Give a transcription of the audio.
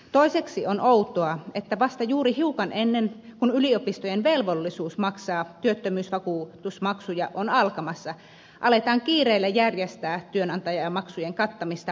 toiseksi on outoa että vasta juuri hiukan ennen kuin yliopistojen velvollisuus maksaa työttömyysvakuutusmaksuja on alkamassa aletaan kiireellä järjestää työnantajamaksujen kattamista väliaikaisella lailla